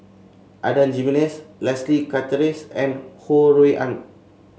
Adan Jimenez Leslie Charteris and Ho Rui An